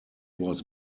was